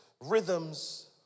rhythms